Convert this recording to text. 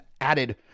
added